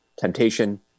temptation